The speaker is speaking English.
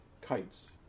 kites